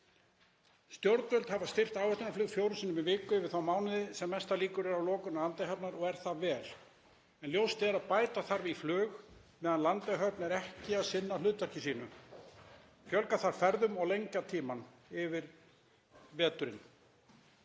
Stjórnvöld hafa styrkt áætlunarflug fjórum sinnum í viku yfir þá mánuði sem mestar líkur eru á lokun Landeyjahafnar og er það vel, en ljóst er að bæta þarf í flug meðan Landeyjahöfn er ekki að sinna hlutverki sínu, fjölga ferðum og lengja tímann yfir veturinn.